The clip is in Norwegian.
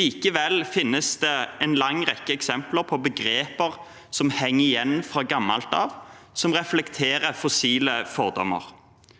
Likevel finnes det en lang rekke eksempler på begreper som henger igjen fra gammelt av, og som reflekterer fossile fordommer.